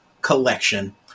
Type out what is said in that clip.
collection